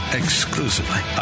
exclusively